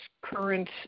current